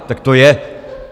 Tak to je.